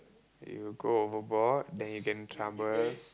it will go overboard then you get in trouble